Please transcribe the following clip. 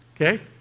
Okay